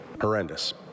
Horrendous